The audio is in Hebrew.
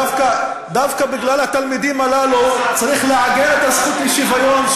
דווקא בגלל התלמידים הללו צריך לעגן את הזכות לשוויון,